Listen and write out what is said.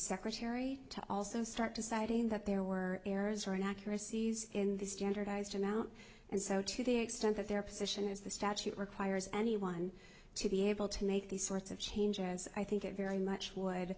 secretary to also start deciding that there were errors or an accuracies in the standardized amount and so to the extent that their position is the statute requires anyone to be able to make these sorts of changes i think it very much